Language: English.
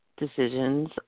decisions